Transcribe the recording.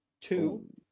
two